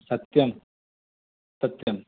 सत्यं सत्यम्